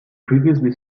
previously